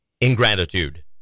ingratitude